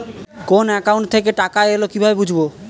কোন একাউন্ট থেকে টাকা এল কিভাবে বুঝব?